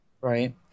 Right